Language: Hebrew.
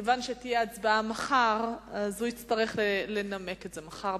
ומכיוון שתהיה הצבעה מחר הוא יצטרך לנמק את זה מחר.